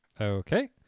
Okay